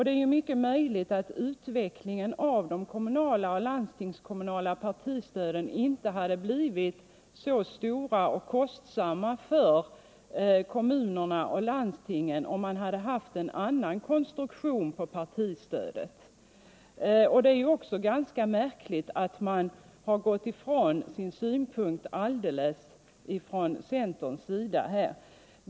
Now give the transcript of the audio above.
Det är mycket möjligt att utvecklingen av de kommunala och landstingskommunala partistöden inte hade blivit så kostsam för kommunerna och landstingen om de hade haft en annan konstruktion. Det är ganska märkligt att centern har gått ifrån sin ståndpunkt alldeles.